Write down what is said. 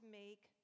make